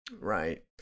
Right